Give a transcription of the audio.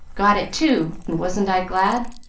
got it, too, and wasn't i glad?